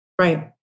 Right